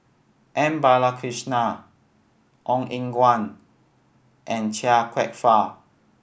M Balakrishnan Ong Eng Guan and Chia Kwek Fah